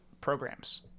programs